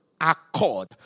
accord